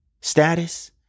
status